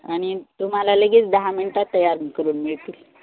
आणि तुम्हाला लगेच दहा मिनटात तयार करून मिळतील